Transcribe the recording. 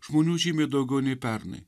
žmonių žymiai daugiau nei pernai